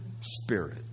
spirit